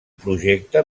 projecte